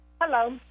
Hello